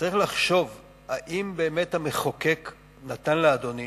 צריך לחשוב אם המחוקק באמת נתן לאדוני,